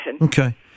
Okay